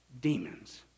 demons